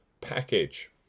package